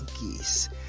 geese